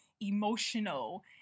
emotional